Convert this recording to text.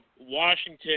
Washington